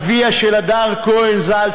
אביה של הדר כהן ז"ל,